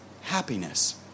happiness